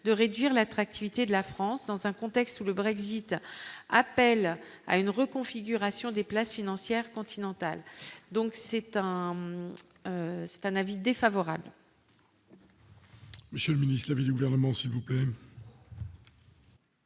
de réduire l'attractivité de la France dans un contexte où le Brexit appellent à une reconfiguration des places financières continental, donc c'est un c'est un avis défavorable.